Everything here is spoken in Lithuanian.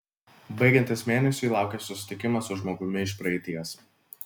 baigiantis mėnesiui laukia susitikimas su žmogumi iš praeities